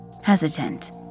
Hesitant